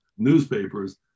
newspapers